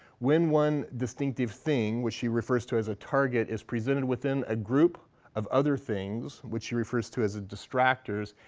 when one distinctive thing, which she refers to as a target, is presented within a group of other things, which she refers to as distractors,